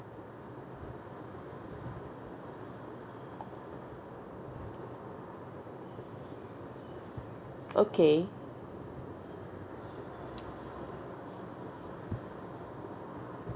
okay